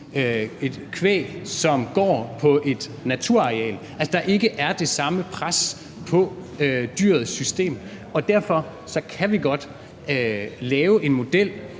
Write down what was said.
et kvæg, der går på et naturareal, altså at der ikke er det samme pres på dyrets system og vi derfor godt kan lave en model,